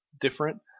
different